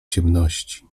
ciemności